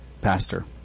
pastor